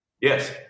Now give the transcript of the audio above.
Yes